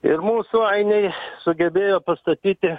ir mūsų ainiai sugebėjo pastatyti